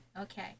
Okay